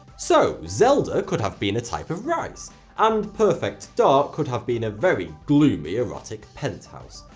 so zelda could have been a type of rice and perfect dark could have been a very gloomy erotic penthouse.